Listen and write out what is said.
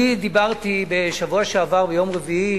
אני דיברתי בשבוע שעבר ביום רביעי